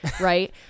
right